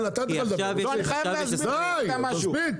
אני חייב להסביר משהו.